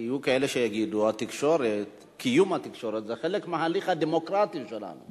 יהיו כאלה שיגידו: קיום התקשורת זה חלק מההליך הדמוקרטי שלנו.